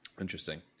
Interesting